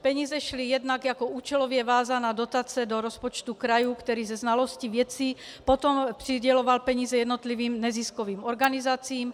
Peníze šly jednak jako účelově vázaná dotace do rozpočtu kraje, který se znalostí věci potom přiděloval peníze jednotlivým neziskovým organizacím.